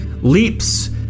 leaps